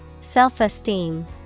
Self-esteem